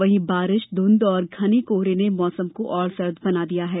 वहीं बारिश धुंध और घने कोहरे ने मौसम को और सर्द बना दिया है